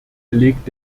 legt